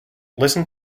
listen